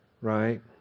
right